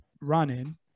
running